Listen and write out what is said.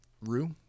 Rue